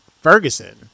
Ferguson